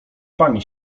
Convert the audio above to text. pani